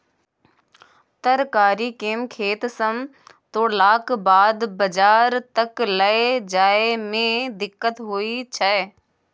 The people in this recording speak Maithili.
तरकारी केँ खेत सँ तोड़लाक बाद बजार तक लए जाए में दिक्कत होइ छै